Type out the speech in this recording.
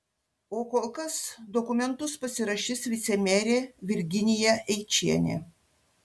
o kol kas dokumentus pasirašys vicemerė virginija eičienė